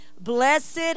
Blessed